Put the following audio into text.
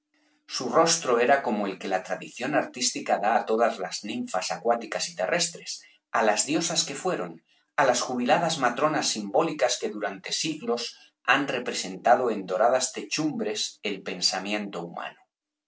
su rostro era como el que la tradición artística da á todas las ninfas acuáticas y terrestres á las diosas que fueron á las jubiladas matronas simbólicas que durante siglos han representado en doradas techumbres el pensamiento humano